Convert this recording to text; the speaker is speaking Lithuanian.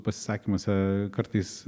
pasisakymuose kartais